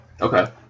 Okay